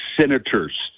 senators